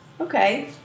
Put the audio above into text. okay